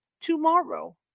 tomorrow